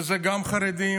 וזה גם חרדים,